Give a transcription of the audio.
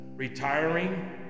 retiring